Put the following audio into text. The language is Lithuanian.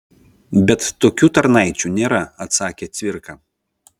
bet tokių tarnaičių nėra atsakė cvirka